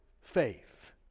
faith